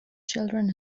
children